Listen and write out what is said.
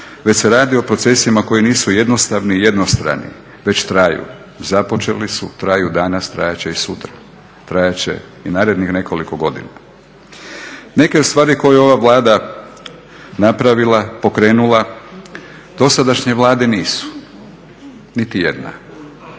već se radi o procesima koji nisu jednostavni i jednostrani, već traju. Započeli su, traju danas, trajat će i sutra, trajat će i narednih nekoliko godina. Neke stvari koje je ova Vlada napravila, pokrenula, dosadašnje Vlade nisu, niti jedna.